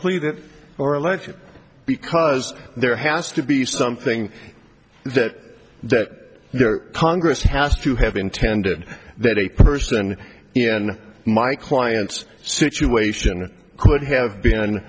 plead it or let you because there has to be something that that congress has to have intended that a person in my client's situation could have been